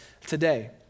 today